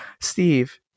Steve